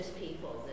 people